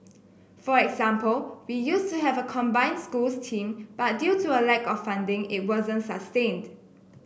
for example we used to have a combined schools team but due to a lack of funding it wasn't sustained